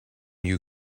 you